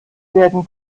werden